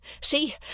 See